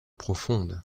profondes